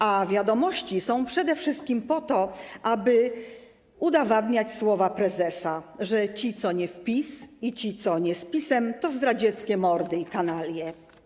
A wiadomości są przede wszystkim po to, aby udowadniać słowa prezesa, że ci, co nie w PiS, i ci, co nie z PiS-em, to zdradzieckie mordy i kanalie.